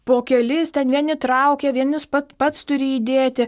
po kelis ten vieni traukia vienus pats pats turi įdėti